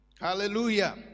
Hallelujah